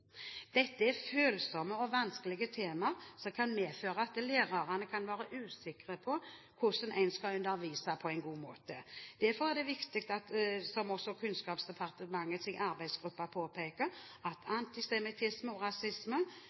Dette er følsomme og vanskelige tema som kan medføre at lærerne kan være usikre på hvordan en skal undervise på en god måte. Derfor er det viktig, som også Kunnskapsdepartementets arbeidsgruppe påpeker, at antisemittisme og rasisme